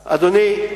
אדוני,